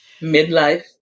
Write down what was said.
Midlife